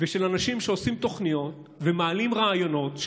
ושל אנשים שעושים תוכניות ומעלים רעיונות,